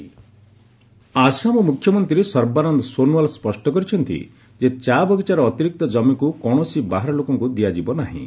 Assam CM Assam ମ୍ରଖ୍ୟମନ୍ତ୍ରୀ ସର୍ବାନନ୍ଦ ସୋନୱାଲ ସ୍ୱଷ୍ଟ କରିଛନ୍ତି ଯେ ଚା ବଗିଚାର ଅତିରିକ୍ତ ଜମିକୁ କୌଣସି ବାହାର ଲୋକଙ୍କୁ ଦିଆଯିବ ନାହିଁ